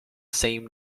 same